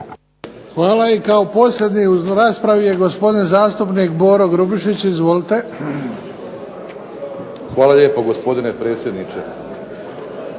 Hvala. I kao posljednji u raspravi je gospodin zastupnik Boro Grubišić. Izvolite. **Grubišić, Boro (HDSSB)** Hvala lijepo gospodine predsjedniče.